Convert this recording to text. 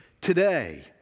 today